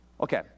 Okay